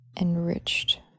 enriched